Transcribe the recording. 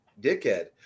dickhead